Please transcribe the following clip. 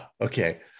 Okay